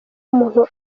umuntu